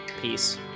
peace